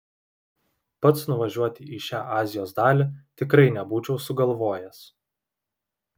pats nuvažiuoti į šią azijos dalį tikrai nebūčiau sugalvojęs